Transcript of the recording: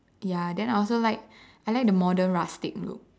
ya then I also like I like the modern rustic look